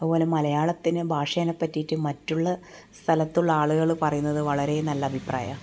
അതുപോലെ മലയാളത്തിന് ഭാഷേനെ പറ്റിയിട്ട് മറ്റുള്ള സ്ഥലത്തുള്ള ആളുകൾ പറയുന്നത് വളരെ നല്ല അഭിപ്രായമാണ്